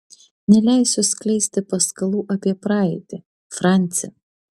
neleisiu skleisti paskalų apie praeitį franci